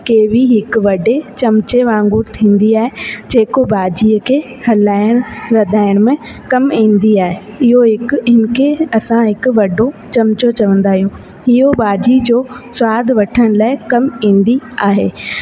केवी हिकु वॾे चमिचे वांगुरु थींदी आहे जेको भाॼीअ खे हलाइण वधाइण में कमु ईंदी आहे इहो हिकु इनखे असां वॾो चमिचो चवंदा आहियूं इहो भाॼी जो स्वादु वठण लाइ कमु ईंदी आहे